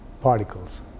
particles